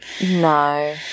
No